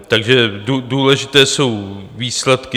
Takže důležité jsou výsledky.